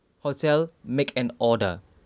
hotel make an order